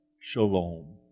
Shalom